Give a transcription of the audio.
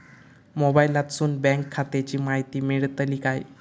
मोबाईलातसून बँक खात्याची माहिती मेळतली काय?